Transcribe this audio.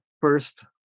first